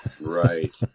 Right